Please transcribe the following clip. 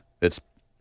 It's-